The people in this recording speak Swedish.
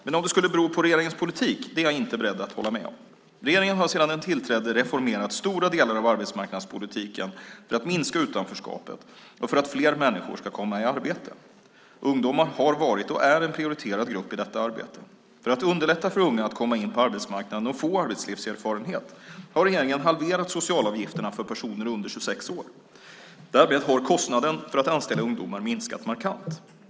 Men att det skulle bero på regeringens politik är jag inte beredd att hålla med om. Regeringen har sedan den tillträdde reformerat stora delar av arbetsmarknadspolitiken för att minska utanförskapet och för att fler människor ska komma i arbete. Ungdomar har varit och är en prioriterad grupp i detta arbete. För att underlätta för unga att komma in på arbetsmarknaden och få arbetslivserfarenhet har regeringen halverat socialavgifterna för personer under 26 år. Därmed har kostnaden för att anställa ungdomar minskat markant.